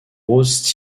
rose